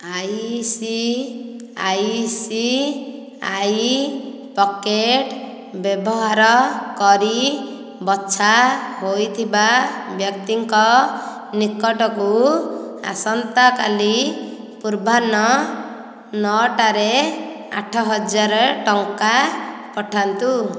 I C I C I pocket ବ୍ୟବହାର କରି ବଛା ହୋଇଥିବା ବ୍ୟକ୍ତିଙ୍କ ନିକଟକୁ ଆସନ୍ତାକାଲି ପୂର୍ବାହ୍ନ ନଅ ଟାରେ ଆଠ ହଜାର ଟଙ୍କା ପଠାନ୍ତୁ